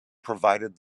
provided